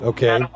Okay